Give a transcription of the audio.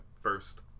first